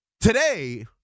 today